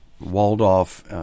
walled-off